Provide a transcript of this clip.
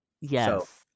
yes